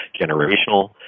generational